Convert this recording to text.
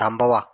थांबवा